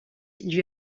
lui